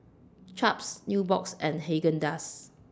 Chaps Nubox and Haagen Dazs